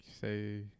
say